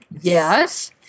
yes